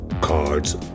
Cards